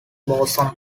boson